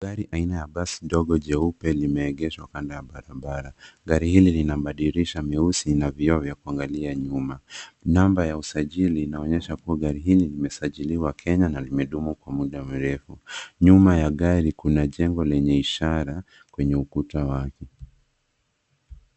Gari aina ya basi dogo jeupe limeegeshwa kando ya barabara. Gari hili lina madirisha meusi na vioo vya kuangalia nyuma. Namba ya usajili linaonyesha kuwa gari hili limesajiliwa Kenya na limedumu kwa muda mrefu. Nyuma ya gari kuna jengo lenye ishara kwenye ukuta wake.